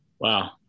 wow